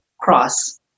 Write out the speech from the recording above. cross